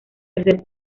tercer